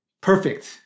Perfect